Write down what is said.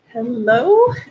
hello